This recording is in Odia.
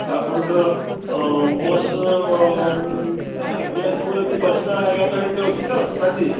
ଆପଣଙ୍କର ବସ୍ କେତେ ସମୟରେ ଅଛି ଦଶଟା ଏଗାରଟା ଭିତରେ ଅଛି ତ ରାତି